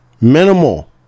minimal